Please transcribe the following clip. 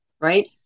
right